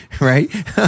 right